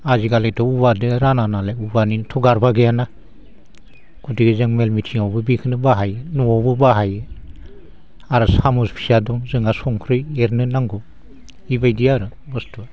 आजिखालिथ' औवादो राना नालाय औवानिथ' गारबा गैयाना गथिखे जों मेल मिथिङावबो बेखौनो बाहायो न'आवबो बाहायो आरो सामुस फिसा दं जोंहा संख्रै एरनो नांगौ बेबायदि आरो बस्थुआ